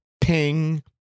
ping